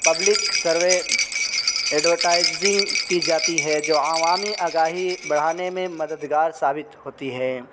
public survey advertising کی جاتی ہے جو عوامی آگاہی بڑھانے میں مددگار ثابت ہوتی ہے